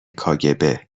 کاگب